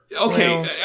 Okay